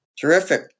Terrific